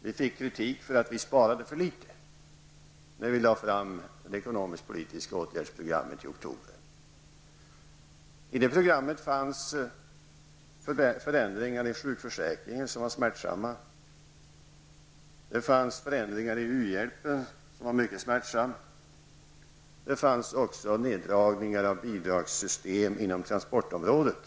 Vi fick kritik för att vi sparade för litet när det ekonomisk-politiska åtgärdsprogrammet lades fram i oktober. Detta program innehöll förslag om mycket smärtsamma förändringar i sjukförsäkringen och i u-hjälpen samt neddragningar av bidragen inom transportområdet.